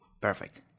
Perfect